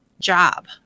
job